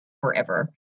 forever